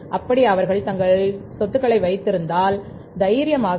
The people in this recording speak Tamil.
அப்படி அவர் வைத்திருந்தால் தைரியம் கொள்வார்கள்